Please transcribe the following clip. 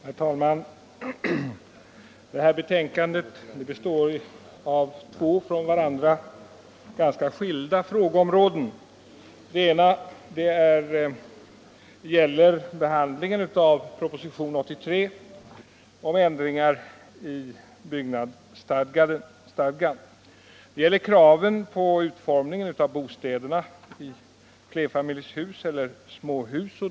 Herr talman! Civilutskottets betänkande nr 25 tar upp två från varandra — stadgan ganska skilda frågor. Den ena gäller behandlingen av propositionen 83 om ändringar i byggnadsstadgan. Det gäller kraven på utformningen av bostäder i flerfamiljshus och småhus.